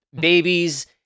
babies